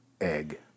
egg